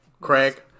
Craig